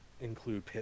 include